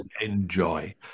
Enjoy